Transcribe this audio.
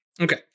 Okay